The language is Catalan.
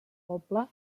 poble